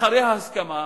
אחרי ההסכמה,